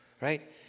right